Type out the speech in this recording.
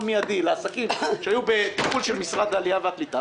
מיידי לעסקים שהיו בטיפול של משרד העלייה והקליטה,